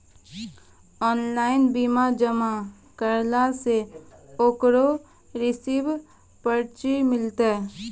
Online bill जमा करला से ओकरौ रिसीव पर्ची मिलतै?